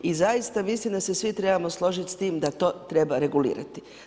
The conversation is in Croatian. I zaista mislim da se svi trebamo složiti s tim da to treba regulirati.